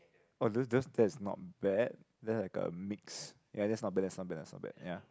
oh this this that's no bad then like a mix ya that's no bad that's no bad that's no bad ya